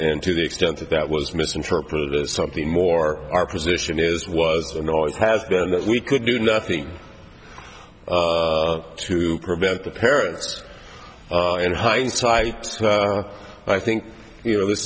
and to the extent that that was misinterpreted as something more our position is was annoyed has been that we could do nothing to prevent the parents in hindsight i think you know this